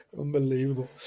Unbelievable